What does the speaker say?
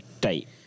date